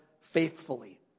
faithfully